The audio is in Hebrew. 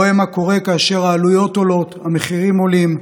רואה מה קורה כאשר העלויות עולות, המחירים עולים.